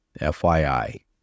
FYI